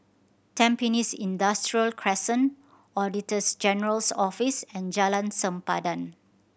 Tampines Industrial Crescent Auditors General's Office and Jalan Sempadan